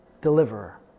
deliverer